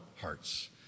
hearts